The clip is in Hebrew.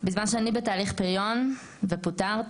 בזמן שאני בתהליך פריון ופוטרתי,